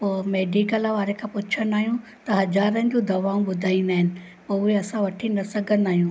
पोइ मेडिकल वारे खां पुछंदा आहियूं त हज़ारनि जूं दवाऊं ॿुधाईंदा आहिनि उहो बि असां वठी न सघंदा आहियूं